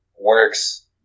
works